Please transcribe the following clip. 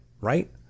right